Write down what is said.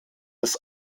des